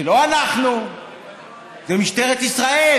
משטרת ישראל